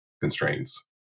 constraints